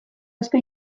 asko